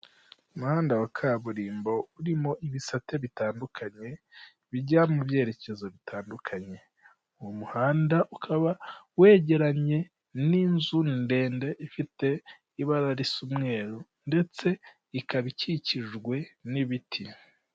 Umuhanda wa kaburimbo urimo ibisate bitandukanye bijya mu byerekezo bitandukanye, uwo muhanda ukaba wegeranye n'inzu ndende ifite ibara risa umweru ndetse ikaba ikikijwe n'ibiti.